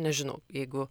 nežinau jeigu